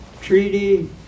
treaty